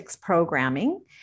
Programming